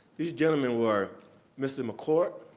these gentlemen were mr. mccourt,